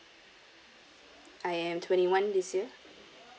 I am twenty one this year